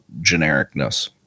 genericness